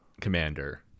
commander